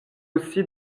aussi